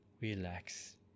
relax